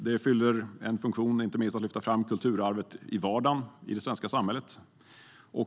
De fyller inte minst funktionen att lyfta fram kulturarvet i vardagen i det svenska samhället.